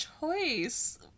choice